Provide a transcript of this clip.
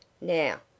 Now